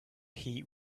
heat